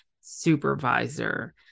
supervisor